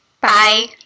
Bye